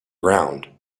ground